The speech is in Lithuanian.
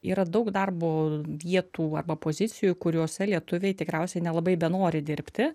yra daug darbo vietų arba pozicijų kuriose lietuviai tikriausiai nelabai benori dirbti